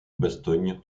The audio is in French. bastogne